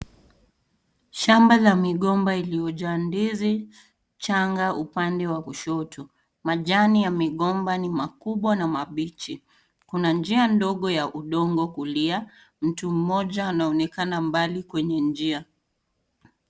Shamba la migomba iliyojaa ndizi changa upande wa kushoto. Majani ya migomba ni makubwa na mabichi. Kuna njia ndogo ya udongo kulia, mtu mmoja anaonekana mbali kwenye njia.